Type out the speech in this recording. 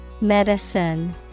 Medicine